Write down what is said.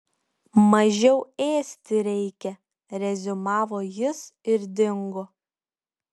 mažiau ėsti reikia reziumavo jis ir dingo